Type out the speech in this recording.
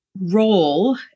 role